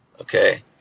Okay